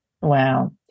Wow